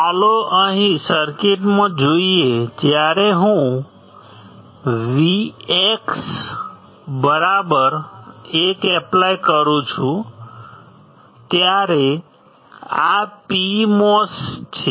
ચાલો અહીં આ સર્કિટમાં જોઈએ જ્યારે હું Vx1 એપ્લાય કરું છું ત્યારે આ PMOS છે